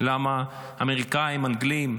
למה האמריקנים והאנגלים,